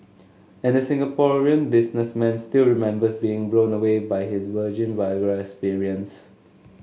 and the Singaporean businessman still remembers being blown away by his virgin Viagra experience